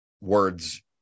words